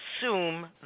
assume